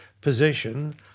position